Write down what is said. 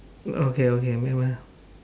okay okay wait ah wait ah